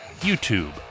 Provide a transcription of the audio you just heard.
YouTube